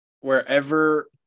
Wherever